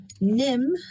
Nim